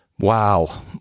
Wow